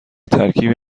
ترکیبی